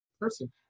person